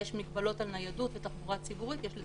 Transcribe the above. שיש מקום לבדוק שחרור למרות שיש חשד סביר ויש עילת